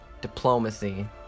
Diplomacy